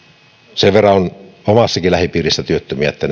sen verran on omassakin lähipiirissäni työttömiä että